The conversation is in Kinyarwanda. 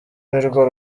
nirwo